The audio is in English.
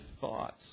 thoughts